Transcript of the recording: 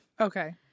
Okay